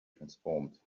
transformed